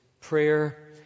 Prayer